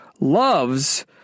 loves